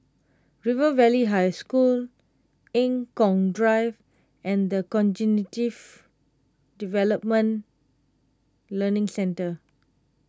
River Valley High School Eng Kong Drive and the Cognitive Development Learning Centre